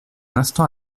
instant